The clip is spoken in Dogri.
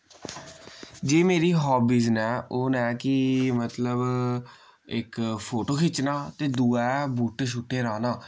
जी मेरी होब्बिस न ओह् नै कि मतलब इक फोटो खिच्चना ते दूआ ऐ बूह्टे शूह्टे राह्ना